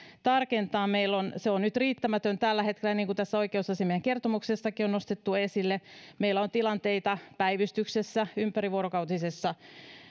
tarkentaa se on nyt riittämätöntä tällä hetkellä niin kuin tässä oikeusasiamiehen kertomuksessakin on nostettu esille meillä on tilanteita päivystyksessä ympärivuorokautisessa